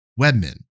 Webmin